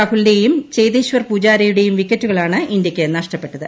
രാഹുലിന്റെയും ചേതേശ്വർ പൂജാരയുടെയും ലോകേഷ് വിക്കറ്റുകളാണ് ഇന്ത്യയ്ക്ക് നഷ്ടപ്പെട്ടത്